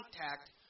contact